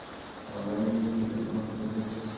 অনলাইনে কি অ্যাকাউন্ট খোলা যাবে?